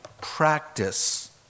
practice